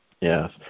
Yes